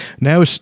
Now